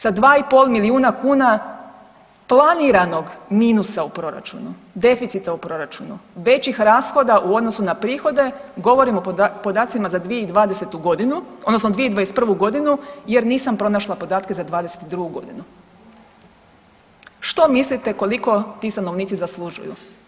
Sa 2,5 milijuna kuna planiranog minusa u proračunu, deficita u proračunu, većih rashoda u odnosu na prihode, govorim o podacima za 2020. g., odnosno 2021. g. jer nisam pronašla podatke za '22. g. Što mislite koliko ti stanovnici zaslužuju?